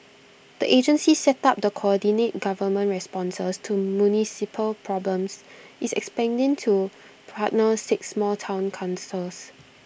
the agency set up the coordinate government responses to municipal problems is expanding to partner six more Town councils